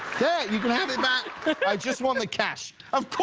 you can have it back. i just want the cash. of